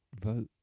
vote